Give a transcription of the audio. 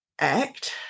Act